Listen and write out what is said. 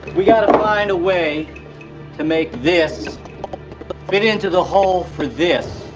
we gotta find a way to make this fit into the hole for this